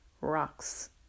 Rocks